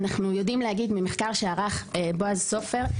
אנחנו יודעים להגיד ממחקר שערך בועז סופר,